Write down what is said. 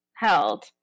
held